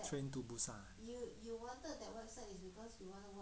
train to busan